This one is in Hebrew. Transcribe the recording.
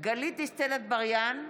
גלית דיסטל אטבריאן,